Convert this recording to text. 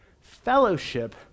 Fellowship